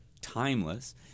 timeless